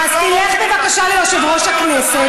אז תלך בבקשה ליושב-ראש הכנסת,